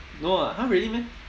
no ah !huh! really meh